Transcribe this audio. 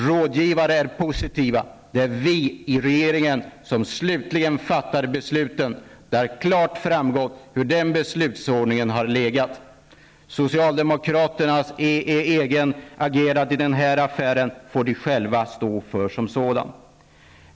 Rådgivare är positiva, det är vi i regeringen som slutligen fattar besluten. De har klart framgått hur den beslutsordningen har legat. Socialdemokraternas agerande i affären får de själva stå för.